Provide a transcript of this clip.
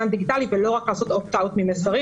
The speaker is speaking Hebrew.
הדיגיטלי ולא רק לעשות opt-out ממסרים.